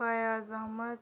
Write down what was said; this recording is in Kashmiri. فیاض احمد